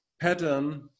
pattern